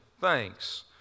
thanks